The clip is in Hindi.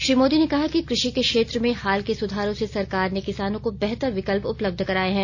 श्री मोदी ने कहा कि कृषि के क्षेत्र में हाल के सुधारों से सरकार ने किसानों को बेहतर विकल्प उपलब्ध कराए हैं